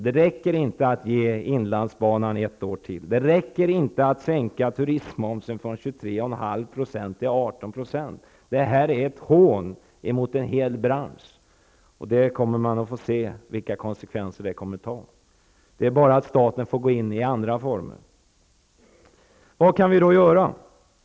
Det räcker inte med att ge inlandsbanan ytterligare ett år eller med att sänka turistmomsen från 23,5 till 18 %. Detta är ett hån mot en hel bransch, och det kommer att visa sig vilka konsekvenserna blir. Staten får bara gå in i andra former. Vad kan vi då göra?